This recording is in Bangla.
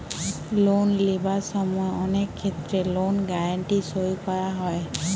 লোন লিবার সময় অনেক ক্ষেত্রে লোন গ্যারান্টি সই করা হয়